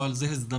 אבל זו הזדמנות,